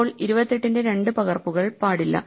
ഇപ്പോൾ 28 ന്റെ രണ്ട് പകർപ്പുകൾ പാടില്ല